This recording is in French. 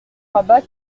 rabat